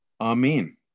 Amen